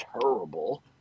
terrible